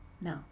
No